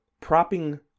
propping